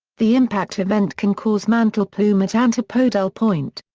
the impact event can cause mantle plume at antipodal point.